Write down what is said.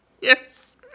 Yes